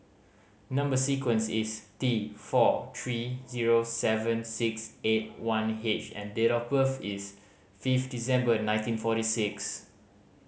number sequence is T four three zero seven six eight one H and date of birth is fifth December nineteen forty six